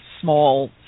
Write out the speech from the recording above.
small